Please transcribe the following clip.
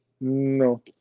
No